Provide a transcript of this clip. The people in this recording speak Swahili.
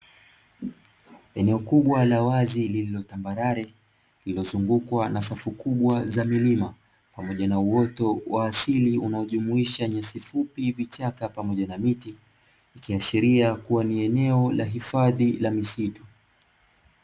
Eneo kubwa la wazi lililotambarare limezungukwa na safu kubwa za milima pamoja na uoto wa asili, unajumuisha nyasi fupi, vichaka pamoja na miti kuashiria kuwa ni eneo la hifadhi la misitu.